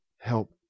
help